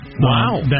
Wow